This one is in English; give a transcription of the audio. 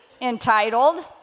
entitled